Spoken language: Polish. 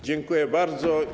Dziękuję bardzo.